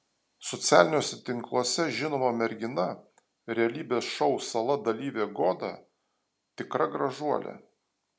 socialiniuose tinkluose žinoma mergina realybės šou sala dalyvė goda tikra gražuolė